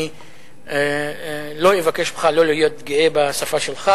אני לא אבקש ממך לא להיות גאה בשפה שלך.